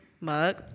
mug